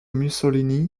mussolini